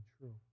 true